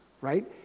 right